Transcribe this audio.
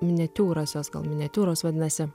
miniatiūras jos gal miniatiūros vadinasi